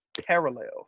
parallel